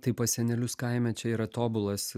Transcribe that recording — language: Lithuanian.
tai pas senelius kaime čia yra tobulas